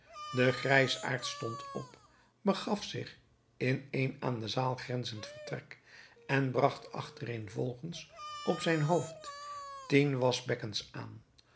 de grijsaard stond op begaf zich in een aan de zaal grenzend vertrek en bragt achtereenvolgens op zijn hoofd tien waschbekkens aan